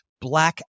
black